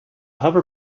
hover